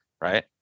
right